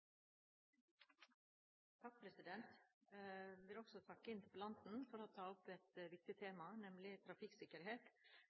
vil også takke interpellanten for å ta opp et viktig